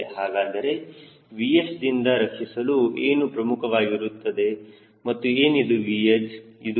ಹಾಗಾದರೆ VH ದಿಂದ ರಕ್ಷಿಸಲು ಏನು ಪ್ರಮುಖವಾಗಿರುತ್ತದೆ ಮತ್ತು ಏನಿದು VH